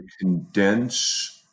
condense